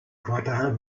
quartal